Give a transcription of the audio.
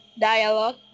dialogue